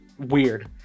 weird